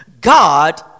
God